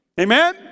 Amen